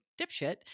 dipshit